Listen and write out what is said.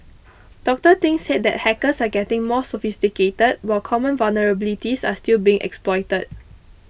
Doctor Thing said that hackers are getting more sophisticated while common vulnerabilities are still being exploited